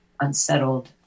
unsettled